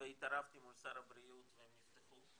התערבתי מול שר הבריאות והם נפתחו.